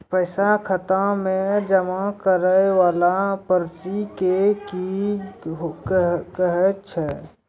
पैसा खाता मे जमा करैय वाला पर्ची के की कहेय छै?